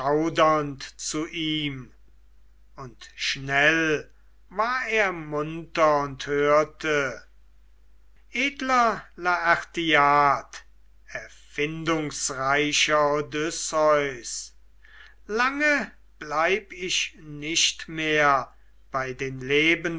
zu ihm und schnell war er munter und hörte edler laertiad erfindungsreicher odysseus lange bleib ich nicht mehr bei den lebenden